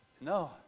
No